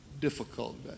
difficult